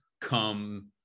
come